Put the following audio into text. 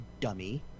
dummy